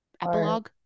epilogue